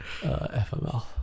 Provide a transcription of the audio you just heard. FML